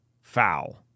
foul